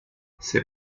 ses